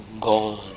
gone